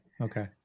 Okay